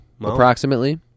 approximately